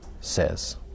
says